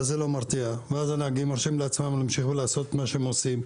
זה לא מרתיע ואז הנהגים מרשים לעצמם להמשיך ולעשות מה שהם עושים,